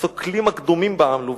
/ הסוקלים הקדומים בם עלו,